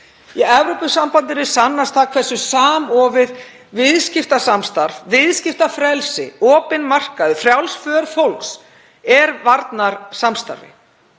Í Evrópusambandinu sannast hversu samofið viðskiptasamstarf, viðskiptafrelsi, opinn markaður og frjáls för fólks er varnarsamstarfi.